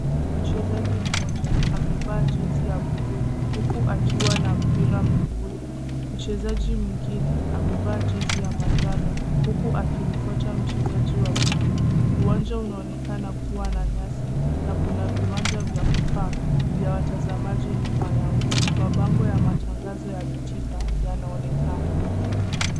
Mchezaji mmoja amevaa jezi ya bluu, huku akiwa na mpira mguuni. Mchezaji mwingine, amevaa jezi ya manjano huku akimfuata mchezaji wa bluu. Uwanja unaonekana kuwa na nyasi na kuna viwanja vya kukaa vya watangazaji nyuma yao. Mabango ya matangazo ya betika, yanaonekana.